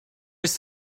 ist